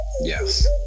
Yes